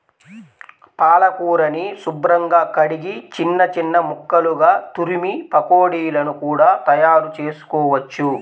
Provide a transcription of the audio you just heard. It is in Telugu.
పాలకూరని శుభ్రంగా కడిగి చిన్న చిన్న ముక్కలుగా తురిమి పకోడీలను కూడా తయారుచేసుకోవచ్చు